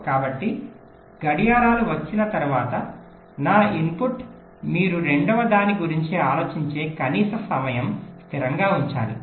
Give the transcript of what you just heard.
కాబట్టి గడియారాలు వచ్చిన తర్వాత నా ఇన్పుట్ మీరు రెండవదాని గురించి ఆలోచించే కనీస సమయం స్థిరంగా ఉంచాలి